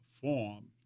form